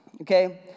Okay